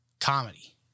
Comedy